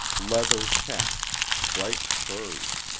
leather chaps, bright spurs,